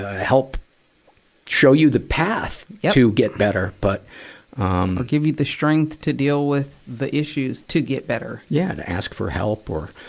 help show you the path to get better. but um or give you the strength to deal with the issues to get better. yeah. to ask for help, or,